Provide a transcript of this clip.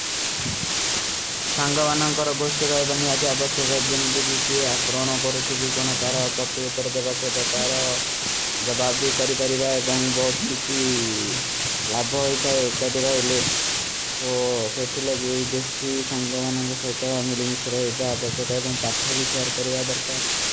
ସାଂଗାଵାନାଂଗ କର ଗୁଷ୍ଠୀ ରହେ ବାଈ ନିଯାଦେ ଆପକା ସ୍ଵାଗତ ଜମଯଦେ କୀ କୀ ଆକରଣା। ପରୁଛୀ କୀ କୁଣା ପ୍ଯାରା ପରତୀ ଉତର ଦେବା ସେଧା ତର ଜବାବୀ କରୀ ବାରୀ ବାଈ ଏବଂଗ ବହୁତ କୀଛୀ ଲାବବା ହୈ। ଥାଈ ଏକାଟୀ ରହେଲେ ସାଂଗାଵାନାଂଗ କର ଗୁଷ୍ଠୀ ରହେ ବାଈ ନିଯାଦେ ଆପକା ସ୍ଵାଗତ ଜମଯଦେ କୀ କୁଣା ପରୁଛୀ। କୀ କୁଣା ପରୁଛୀ ଲାବବା ହୈ ଥାଈ ଏକାଟୀ ରହେ ବାଈ ଏବଂଗ ବହୁତ କୀ କୁଣା ପରୁଛୀ ଲାବବା ହୈ ଥାଈ ଏକାଟୀ ରହେଲେ କୀ କୁଣା ପରୁଛୀ ଲାବବା ହୈ ଥାଈ ଏକାଟ।